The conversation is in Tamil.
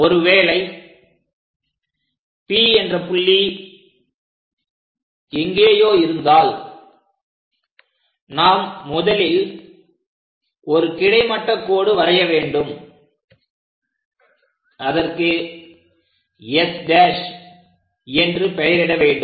ஒருவேளை P என்ற புள்ளி வேறு எங்கேயோ இருந்தால் நாம் முதலில் ஒரு கிடைமட்ட கோடு வரைய வேண்டும்அதற்கு S' என்று பெயரிட வேண்டும்